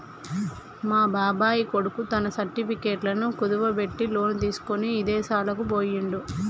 మా బాబాయ్ కొడుకు తన సర్టిఫికెట్లను కుదువబెట్టి లోను తీసుకొని ఇదేశాలకు బొయ్యిండు